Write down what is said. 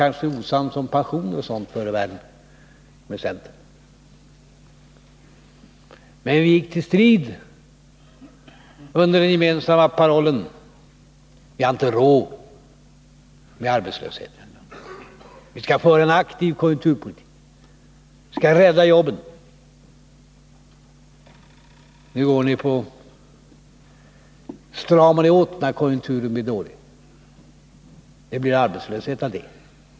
Förr i världen var vi visserligen kanske osams med centern om pensioner och sådant, men vi gick ändå till strid under den gemensamma parollen: Vi har inte råd med arbetslöshet, vi skall föra en aktiv konjunkturpolitik och vi skall rädda jobben. — När konjunkturen nu för tiden går nedåt stramar ni i stället åt. Det blir arbetslöshet av detta.